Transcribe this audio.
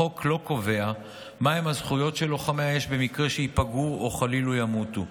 החוק לא קובע מהן הזכויות של לוחמי האש במקרה שייפגעו או חלילה ימותו.